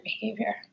behavior